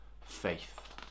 faith